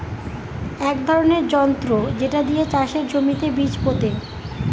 এক ধরনের যন্ত্র যেটা দিয়ে চাষের জমিতে বীজ পোতে